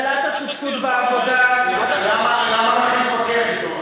הגדלת השותפות בעבודה, למה לך להתווכח אתו?